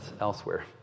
elsewhere